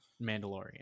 Mandalorian